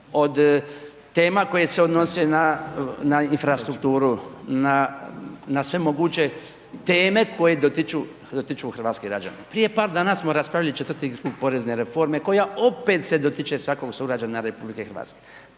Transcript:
od tema koje se odnose na infrastrukturu, na sve moguće teme koje dotiču hrvatske građane. Prije par dana smo raspravili 4. krug Porezne reforme koja opet se dotiče svakog sugrađanina RH. Pa ne